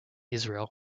israel